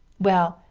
well,